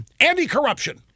anti-corruption